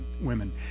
women